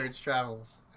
travels